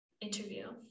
interview